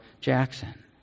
Jackson